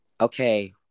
Okay